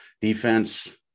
Defense